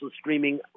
streaming